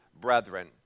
brethren